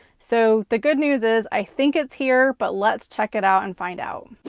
so, the good news is, i think it's here, but let's check it out and find out.